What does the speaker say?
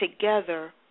together